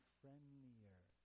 friendlier